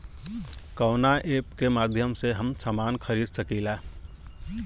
कवना ऐपके माध्यम से हम समान खरीद सकीला?